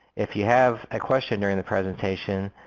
if you have a question during the presentation,